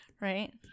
Right